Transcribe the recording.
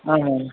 आमाम्